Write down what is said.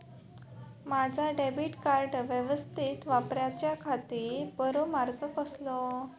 माजा debit card यवस्तीत वापराच्याखाती बरो मार्ग कसलो?